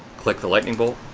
click the lightning bolt.